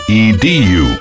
edu